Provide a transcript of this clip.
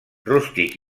rústic